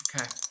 okay